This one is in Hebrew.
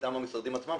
מטעם המשרדים עצמם,